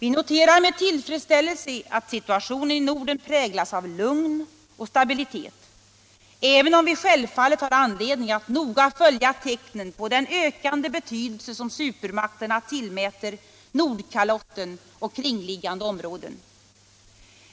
Vi noterar med tillfredsställelse att situationen i Norden präglas av lugn och stabilitet, även om vi självfallet har anledning att noga följa tecknen på den ökande betydelse som supermakterna tillmäter Nordkalotten och kringliggande områden.